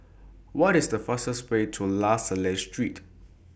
What IS The fastest Way to La Salle Street